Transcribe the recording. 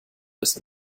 ist